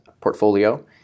portfolio